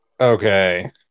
okay